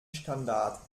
standard